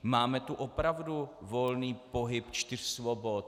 Máme tu opravdu volný pohyb čtyř svobod?